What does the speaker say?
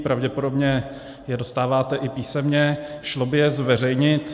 Pravděpodobně je dostáváte i písemně šlo by je zveřejnit?